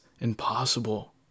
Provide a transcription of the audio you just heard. Impossible